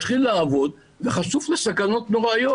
מתחיל לעבוד וחשוף לסכנות נוראיות.